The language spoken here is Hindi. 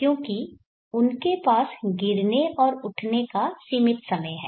क्योंकि उनके पास गिरने और उठने का सीमित समय है